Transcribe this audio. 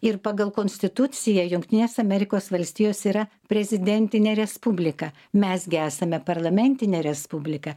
ir pagal konstituciją jungtinės amerikos valstijos yra prezidentinė respublika mes gi esame parlamentinė respublika